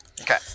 Okay